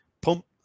pump